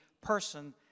person